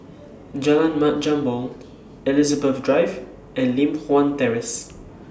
Jalan Mat Jambol Elizabeth Drive and Li Hwan Terrace